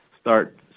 start